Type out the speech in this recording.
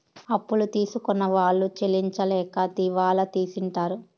అప్పు తీసుకున్న వాళ్ళు చెల్లించలేక దివాళా తీసింటారు